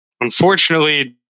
Unfortunately